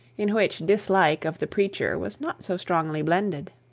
in which dislike of the preacher was not so strongly blended.